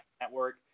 network